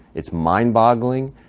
it's mind-boggling.